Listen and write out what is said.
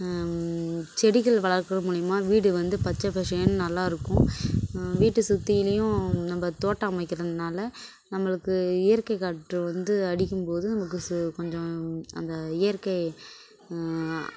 செடிகள் வளர்க்கிறது மூலயமா வீடு வந்து பச்சை பசேயேனு நல்லா இருக்கும் வீட்டை சுற்றிலியும் நம்ம தோட்டம் அமைக்கிறதுனால் நம்மளுக்கு இயற்கை காற்று வந்து அடிக்கும் போது நமக்கு கொஞ்சம் அந்த இயற்கை